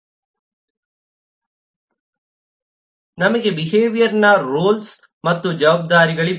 ನಮಗೆ ಬಿಹೇವಿಯರ್ನ ರೋಲ್ಸ್ ಮತ್ತು ಜವಾಬ್ದಾರಿಗಳಿವೆ